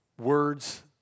words